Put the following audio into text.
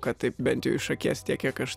kad taip bent jau iš akies tiek kiek aš